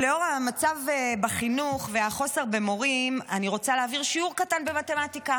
לנוכח המצב בחינוך והחוסר במורים אני רוצה להעביר שיעור קטן במתמטיקה.